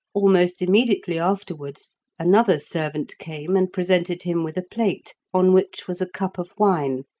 almost immediately afterwards another servant came and presented him with a plate, on which was a cup of wine,